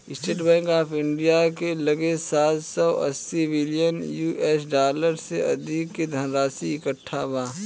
estate Bank of India के लगे सात सौ अस्सी बिलियन यू.एस डॉलर से अधिक के धनराशि इकट्ठा बा